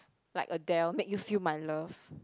like Adele make you feel my love